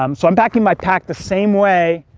um so i'm packing my pack the same way,